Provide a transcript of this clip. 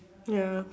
ya